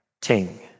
Ting